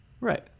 Right